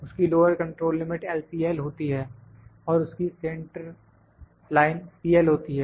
उसकी lower control limit LCL होती है और उसकी सेंटर लाइन CL होती है